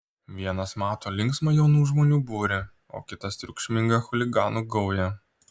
vienas mato linksmą jaunų žmonių būrį o kitas triukšmingą chuliganų gaują